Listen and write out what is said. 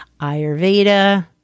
Ayurveda